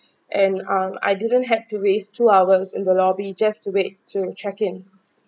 and um I didn't have to waste two hours in the lobby just to wait to check in